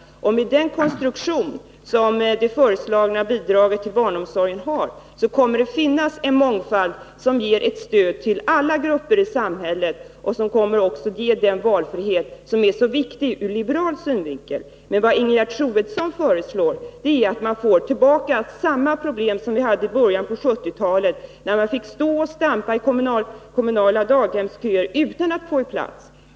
Med den föreslagna konstruktionen av statsbidraget till barnomsorgen kommer det att finnas en mångfald, som ger stöd åt alla grupper i samhället och också ger den valfrihet som är så viktig ur liberal synvinkel. Vad Ingegerd Troedsson föreslår är att man skall få tillbaka de problem som vi hade i början av 1970-talet, då man fick stå och stampa i kommunala daghemsköser utan att få plats.